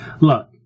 Look